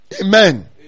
Amen